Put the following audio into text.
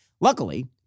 Luckily